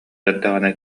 эрдэҕинэ